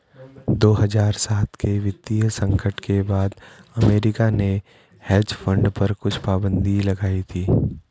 दो हज़ार सात के वित्तीय संकट के बाद अमेरिका ने हेज फंड पर कुछ पाबन्दी लगाई थी